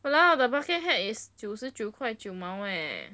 !walao! the bucket hat is 九十九块九毛 leh